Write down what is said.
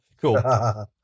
Cool